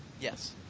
Yes